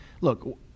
look